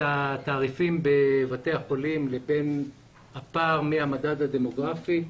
התעריפים בבתי החולים לבית הפער מהמדד הדמוגרפי.